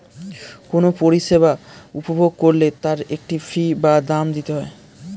কোনো পরিষেবা উপভোগ করলে তার একটা ফী বা দাম দিতে হয়